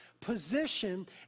position